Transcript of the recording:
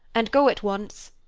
and go at once.